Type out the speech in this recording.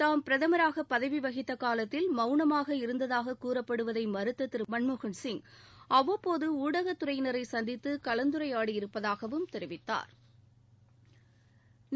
தாம் பிரதமராக பதவி வகித்த காலத்தில் மௌனமாக இருந்ததாக கூறப்படுவதை மறுத்த திரு மன்மோகன் சிங் அவ்வப்போது ஊடகத் துறையினரை சந்தித்து கலந்துரையாடியிருப்பதாகவும் தெரிவித்தாா்